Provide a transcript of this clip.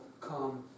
come